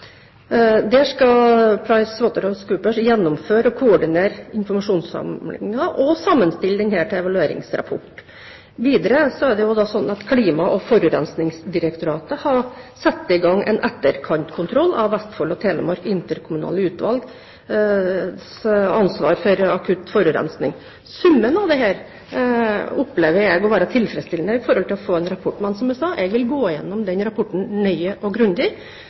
gjennomføre og koordinere informasjonsinnsamlingen og sammenstille denne til en evalueringsrapport. Videre er det slik at Klima- og forurensningsdirektoratet har satt i gang en etterkantkontroll av Vestfold og Telemark interkommunale utvalg mot akutt forurensning. Summen av dette opplever jeg som tilfredsstillende ut fra at vi vil få en rapport. Men, som jeg sa, jeg vil gå igjennom den rapporten nøye for å forsikre meg om at alle elementer er tatt opp. Når det gjelder slepebåtberedskap og